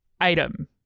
item